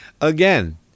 Again